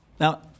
Now